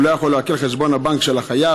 הוא לא יכול לעקל את חשבון הבנק של החייב,